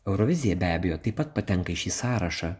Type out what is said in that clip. eurovizija be abejo taip pat patenka į šį sąrašą